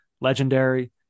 legendary